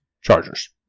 Chargers